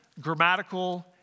grammatical